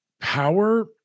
power